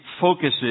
focuses